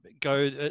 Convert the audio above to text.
go